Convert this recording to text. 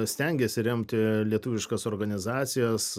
stengėsi remti lietuviškas organizacijas